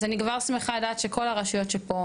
אז אני כבר שמחה לדעת שכל הרשויות שפה